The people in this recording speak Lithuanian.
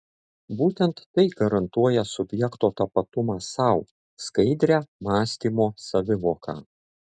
būtent tai garantuoja subjekto tapatumą sau skaidrią mąstymo savivoką